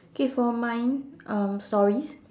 okay for mine um stories